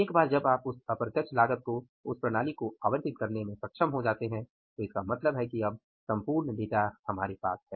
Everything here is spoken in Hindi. एक बार जब आप उस अप्रत्यक्ष लागत को उस प्रणाली को आवंटित करने में सक्षम हो जाते हैं तो इसका मतलब है कि संपूर्ण डेटा हमारे पास है